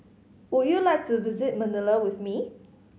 would you like to visit Manila with me